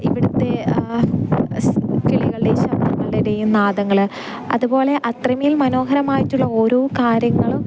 ഇവിടുത്തെ സ് കിളികളുടെയും ശബ്ദങ്ങളുടെയും നാദങ്ങള് അതുപോലെ അത്രമേൽ മനോഹരമായിട്ടുള്ള ഓരോ കാര്യങ്ങളും